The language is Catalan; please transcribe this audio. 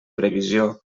previsió